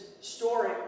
story